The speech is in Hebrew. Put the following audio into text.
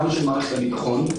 גם של מערכת הביטחון,